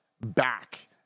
back